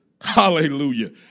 Hallelujah